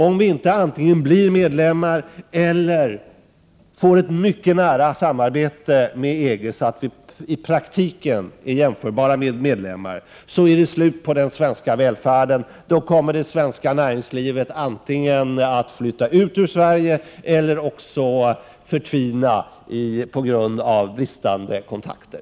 Om vi inte blir medlemmar, eller får ett mycket nära samarbete med EG så att Sverige i praktiken är jämförbart med en medlem, är det slut på den svenska välfärden. Det svenska näringslivet kommer då antingen att flytta ut ur Sverige, eller också förtvina på grund av bristande kontakter.